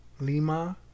Lima